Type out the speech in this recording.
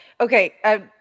okay